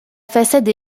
façade